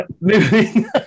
Moving